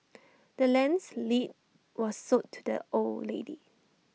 the land's lead was sold to the old lady